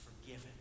forgiven